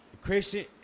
Christian